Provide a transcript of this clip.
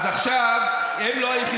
אז עכשיו, הם לא היחידים.